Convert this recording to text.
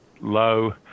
low